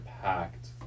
packed